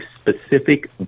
specific